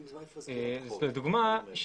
לדוגמה,